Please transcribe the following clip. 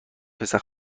پسر